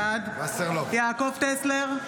בעד יעקב טסלר,